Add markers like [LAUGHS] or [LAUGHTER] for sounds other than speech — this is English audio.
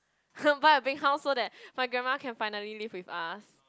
[LAUGHS] buy a big house so that my grandma can finally live with us